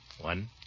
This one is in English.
One